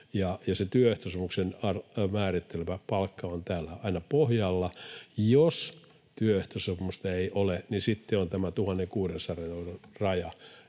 työehtosopimuksen määrittelemä palkka on täällä aina pohjalla, ja jos työehtosopimusta ei ole, niin sitten on tämä 1 600